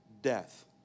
death